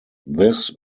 this